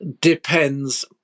depends